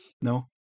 No